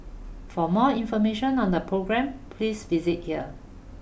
for more information on the programme please visit here